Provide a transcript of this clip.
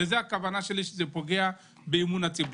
זו הכוונה שלי שזה פוגע באמון הציבור.